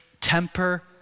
temper